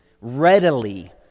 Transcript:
readily